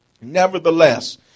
Nevertheless